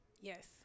Yes